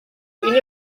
ini